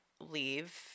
leave